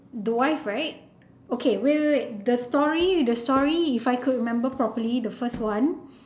the wife right okay wait wait wait the story the story if I could remember properly the first one